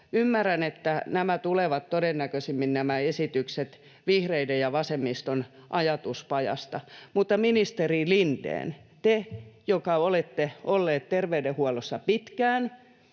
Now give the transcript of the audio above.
ymmärrän, että nämä esitykset tulevat todennäköisimmin vihreiden ja vasemmiston ajatuspajasta, mutta ministeri Lindén, te, joka olette ollut terveydenhuollossa pitkään,